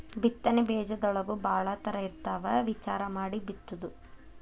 ಬಿತ್ತನೆ ಬೇಜದೊಳಗೂ ಭಾಳ ತರಾ ಇರ್ತಾವ ವಿಚಾರಾ ಮಾಡಿ ಬಿತ್ತುದು